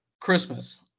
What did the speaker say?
Christmas